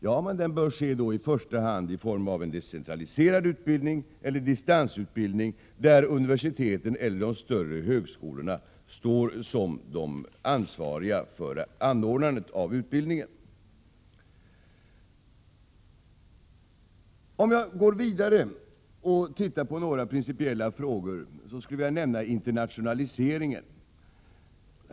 Ja, men den bör i första hand ske i form av en decentraliserad utbildning eller i form av distansutbildning, där universiteten eller de större högskolorna står som ansvariga för anordnandet av utbildningen. Om jag går vidare och tittar på några principiella frågor, så skulle jag vilja nämna internationaliseringen.